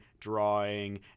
drawing